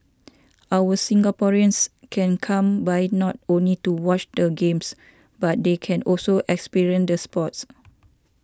our Singaporeans can come by not only to watch the Games but they can also experience the sports